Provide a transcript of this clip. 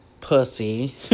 pussy